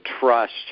trust